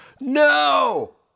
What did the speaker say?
No